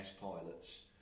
pilots